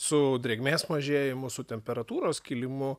su drėgmės mažėjimu su temperatūros kilimu